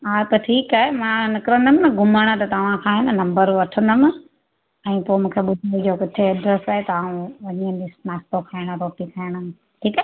हा त ठीकु आहे मां निकरंदमि न घुमणु त तव्हांखां आहे न नंबर वठंदमि ऐं पोइ मूंखे ॿुधाइजो किथे एड्रेस आहे त आउं वञी हली नाश्तो खाइणु रोटी खाइणु ठीकु आहे